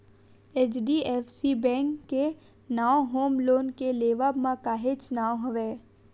HDFC bank के नांव home loan के लेवब म काहेच नांव हवय